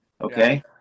okay